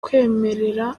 kwemerera